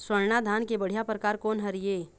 स्वर्णा धान के बढ़िया परकार कोन हर ये?